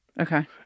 Okay